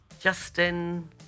Justin